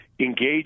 engage